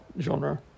genre